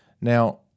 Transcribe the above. Now